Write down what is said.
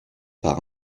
par